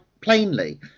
plainly